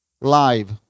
live